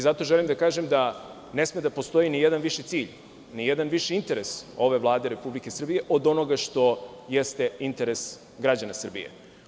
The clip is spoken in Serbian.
Zato želim da kažem da ne sme da postoji nijedan viši cilj, nijedan viši interes ove Vlade Republike Srbije što jeste interes građana Srbije.